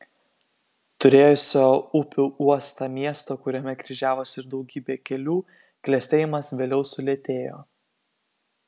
turėjusio upių uostą miesto kuriame kryžiavosi ir daugybė kelių klestėjimas vėliau sulėtėjo